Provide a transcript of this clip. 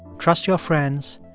trust your friends.